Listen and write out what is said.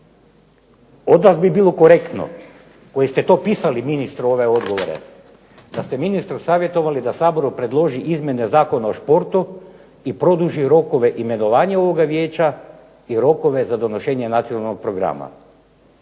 Onda bi bilo korektno koji ste to pisali ministru ove odgovore, da ste ministru savjetovali da Saboru predloži izmjene Zakona o športu i produži rokove imenovanja ovoga vijeća i rokove donošenja nacionalnog programa.